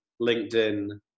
LinkedIn